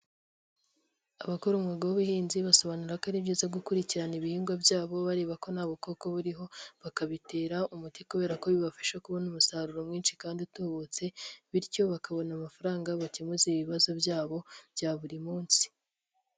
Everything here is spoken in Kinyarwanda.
Abakora umwuga w'ubuhinzi basobanura ko ari byiza gukurikirana ibihingwa byabo, bareba ko na bukoko buriho, bakabitera umuti kubera ko bibafasha kubona umusaruro mwinshi kandi utubutse bityo bakabona amafaranga bakemuza ibibazo byabo bya buri munsi.